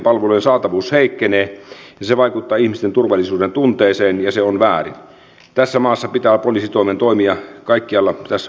jotta toimittajien tasapuolisesta kohtelusta ei heräisi jatkossa epäilyksiä vm on linjannut että vastedes kaikki tilaisuudet joissa vmn virkamiehet taustoittavat toimittajia ovat avoimia kaikille toimittajille